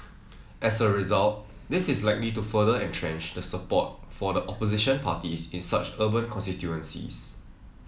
as a result this is likely to further entrench the support for the opposition parties in such urban constituencies